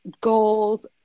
goals